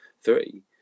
three